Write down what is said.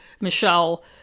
Michelle